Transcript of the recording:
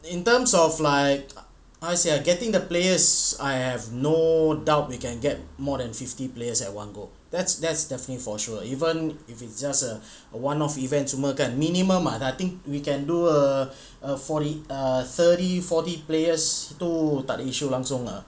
in terms of like I say getting the players I have no doubt we can get more than fifty players at one go that's that's definitely for sure even if it's just a one off event semua kan minimum or I think we can do a uh forty a thirty forty players so takde issue langsung ah